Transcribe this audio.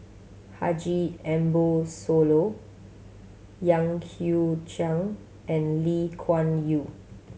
Haji Ambo Sooloh Yan Hui Chang and Lee Kuan Yew